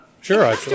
sure